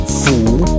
fool